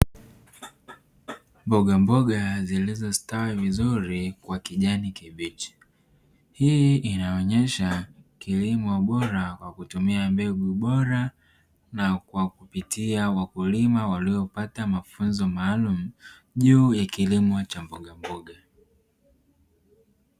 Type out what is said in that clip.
Mbogamboga zilizostawi vizuri kwa kijani kibichi hii inaonyesha kilimo bora kwa kutumia mbegu bora na kwa kupitia wakulima waliopata mafunzo maalumu juu ya kilimo cha mbogamboga.